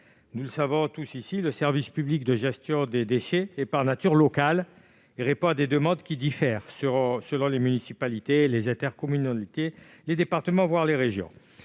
Nous le savons tous ici, le service public de gestion des déchets est, par nature, local et répond à des demandes qui diffèrent selon les municipalités, les intercommunalités, les départements, voire les régions.